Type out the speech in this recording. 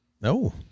No